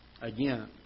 Again